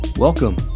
Welcome